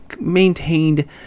maintained